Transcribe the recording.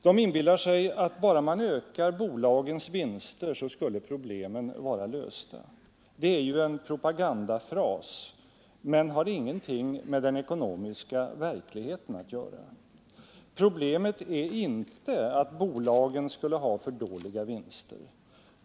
De inbillar sig att bara man ökar bolagens vinster skall problemen vara lösta. Det är ju en propagandafras men har ingenting med den ekonomiska verkligheten att göra. Problemet är inte att bolagen skulle ha för dåliga vinster.